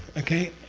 okay?